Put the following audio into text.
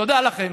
תודה לכם.